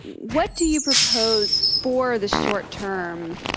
what do you propose for the short term.